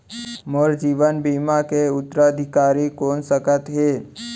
मोर जीवन बीमा के उत्तराधिकारी कोन सकत हे?